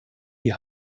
die